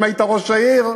אם היית ראש העיר,